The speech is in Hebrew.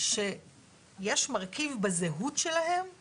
שיש מרכיב בזהות שלהם